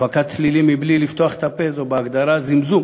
הפקת צלילים מבלי לפתוח את הפה היא בהגדרה זמזום.